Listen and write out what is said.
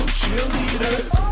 cheerleaders